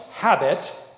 habit